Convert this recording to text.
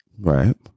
Right